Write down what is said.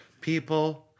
People